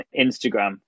Instagram